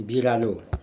बिरालो